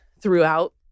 throughout